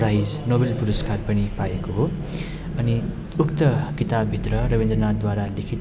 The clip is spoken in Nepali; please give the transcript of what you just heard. प्राइज नोबल पुरस्कार पनि पाएको हो अनि उक्त किताबभित्र रवीन्द्रनाथद्वारा लिखित